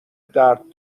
درد